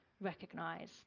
recognise